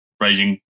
raging